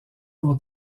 pour